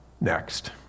next